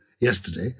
yesterday